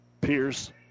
Pierce